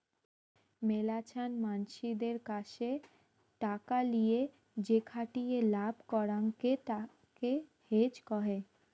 মেলাছান মানসিদের কাসে টাকা লিয়ে যেখাটিয়ে লাভ করাঙকে তাকে হেজ কহে